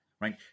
right